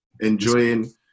enjoying